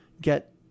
get